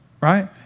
Right